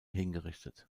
hingerichtet